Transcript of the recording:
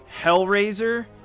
Hellraiser